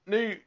New